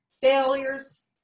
failures